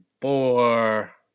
four